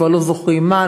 כבר לא זוכרים מה,